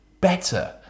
better